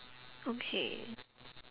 okay